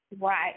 Right